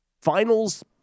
Finals